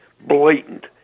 blatant